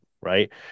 right